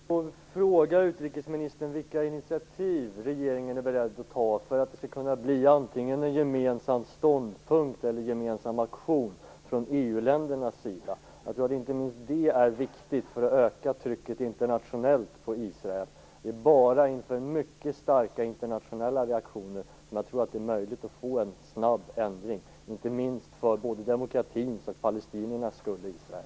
Herr talman! Jag vill då fråga utrikesministern vilka initiativ regeringen är beredd att ta för att det skall bli antingen en gemensam ståndpunkt eller en gemensam aktion från EU-ländernas sida. Jag tror att det är viktigt för att öka trycket internationellt på Israel. Det är bara inför mycket starka internationella reaktioner som jag tror att det är möjligt att få en snabb ändring, inte för demokratins och palestiniernas skull, i Israel.